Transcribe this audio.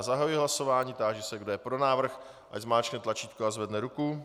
Zahajuji hlasování a táži se, kdo je pro návrh, ať zmáčkne tlačítko a zvedne ruku.